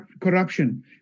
corruption